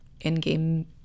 in-game